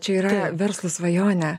čia yra verslo svajonė